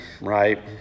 right